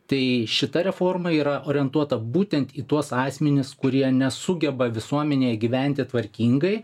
tai šita reforma yra orientuota būtent į tuos asmenis kurie nesugeba visuomenėj gyventi tvarkingai